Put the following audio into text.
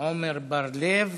עמר בר-לב,